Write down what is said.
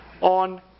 on